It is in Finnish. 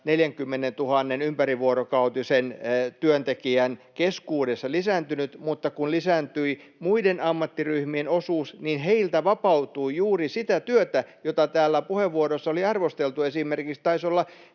40 000 ympärivuorokautisen työntekijän keskuudessa lisääntynyt, mutta kun lisääntyi muiden ammattiryhmien osuus, niin sieltä vapautui juuri sitä työtä, jota täällä puheenvuoroissa on arvosteltu. Esimerkiksi